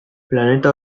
planeta